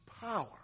power